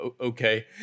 Okay